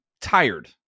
tired